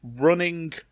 running